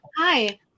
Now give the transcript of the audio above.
hi